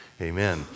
Amen